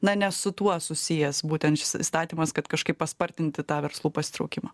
na ne su tuo susijęs būtent šis įstatymas kad kažkaip paspartinti tą verslų pasitraukimą